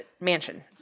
Mansion